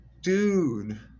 Dude